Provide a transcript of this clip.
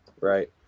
Right